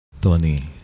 Tony